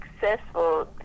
successful